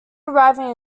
arriving